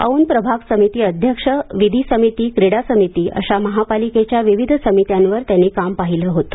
औंध प्रभाग समिती अध्यक्ष विधी समिती क्रीडा समिती अशा महापालिकेच्या विविध समित्यांवर त्यांनी काम पाहिलं होतं